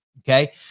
Okay